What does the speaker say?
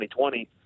2020